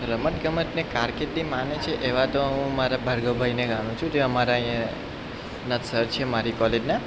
રમત ગમતને કારકિર્દી માને છે એવા તો હું મારા ભાર્ગવભાઈને જાણું છું જે મારા અહીંયાના જ સર છે મારી કોલેજના